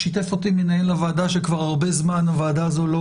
שיתף אותי מנהל הוועדה שכבר הרבה זמן הוועדה הזו לא